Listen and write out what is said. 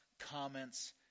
comments